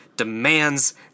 Demands